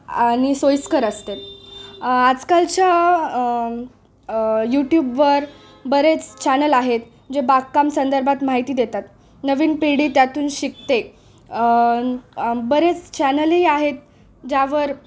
आणि सोयीस्कर असते आजकालच्या यूट्यूबवर बरेच चॅनल आहेत जे बागकाम संदर्भात माहिती देतात नवीन पिढी त्यातून शिकते बरेच चॅनलही आहेत ज्यावर